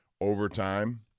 overtime